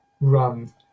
run